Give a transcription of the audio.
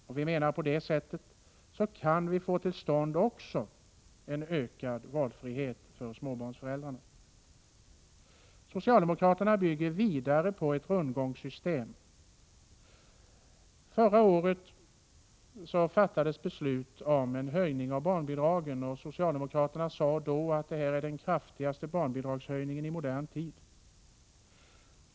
På det sättet kan vi enligt vår uppfattning få till stånd också ökad valfrihet för småbarnsföräldrarna. Socialdemokraterna bygger vidare på ett rundgångssystem. Förra året fattade riksdagen beslut om en höjning av barnbidragen, och socialdemokraterna sade då att det var fråga om den kraftigaste barnbidragshöjningen i modern tid.